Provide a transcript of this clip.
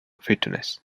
fitness